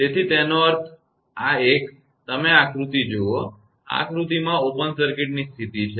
તેથી તેનો અર્થ આ એક તમે આ આકૃતિ જુઓ આ આકૃતિમાં ઓપન સર્કિટની સ્થિતિ છે